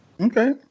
Okay